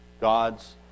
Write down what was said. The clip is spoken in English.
gods